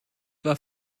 war